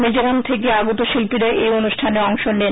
মিজোরাম থেকে আগত শিল্পীরা এই অনু ষ্ঠানে অংশ নেন